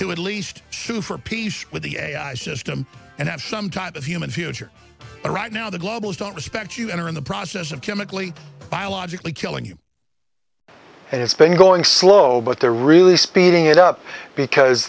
to at least sue for peace with the ai system and have some type of human future but right now the global is don't respect you and are in the process of chemically biologically killing you and it's been going slow but they're really speeding it up because